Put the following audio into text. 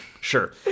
Sure